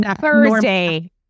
Thursday